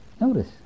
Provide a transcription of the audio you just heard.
notice